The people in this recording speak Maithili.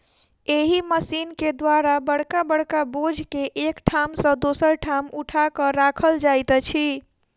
एहि मशीन के द्वारा बड़का बड़का बोझ के एक ठाम सॅ दोसर ठाम उठा क राखल जाइत अछि